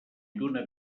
lluna